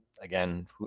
again